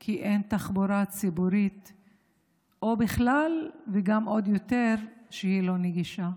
כי אין תחבורה ציבורית בכלל, וגם כי היא לא נגישה.